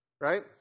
Right